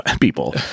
people